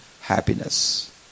happiness